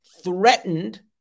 threatened